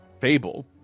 Fable